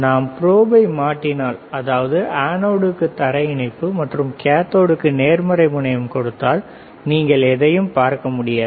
நாம் ப்ரோபை மாற்றினால் அதாவது அனோடிற்கு தரை இணைப்பு மற்றும் கேத்தோடிற்கு நேர்மறை முனையம் கொடுத்தால் நீங்கள் எதையும் பார்க்க முடியாது